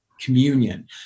communion